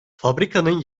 fabrikanın